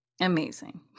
Amazing